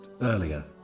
earlier